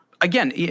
again